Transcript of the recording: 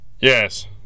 Yes